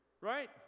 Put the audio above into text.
right